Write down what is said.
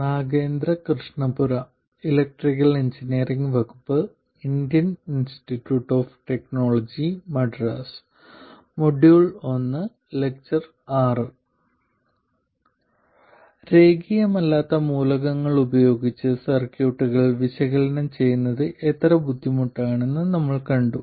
രേഖീയമല്ലാത്ത മൂലകങ്ങൾ ഉപയോഗിച്ച് സർക്യൂട്ടുകൾ വിശകലനം ചെയ്യുന്നത് എത്ര ബുദ്ധിമുട്ടാണെന്ന് ഞങ്ങൾ കണ്ടു